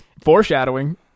foreshadowing